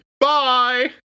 Bye